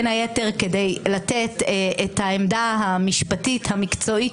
בין היתר כדי לתת את העמדה המשפטית המקצועית